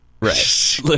Right